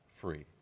free